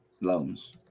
loans